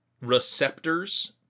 receptors